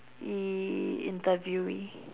y~ interviewee